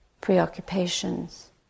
preoccupations